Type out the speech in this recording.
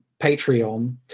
Patreon